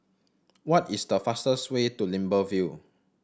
what is the fastest way to Libreville